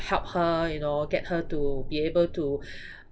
help her you know get her to be able to